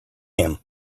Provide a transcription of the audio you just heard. him